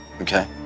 Okay